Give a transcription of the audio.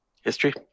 History